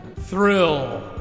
thrill